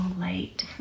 late